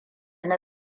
na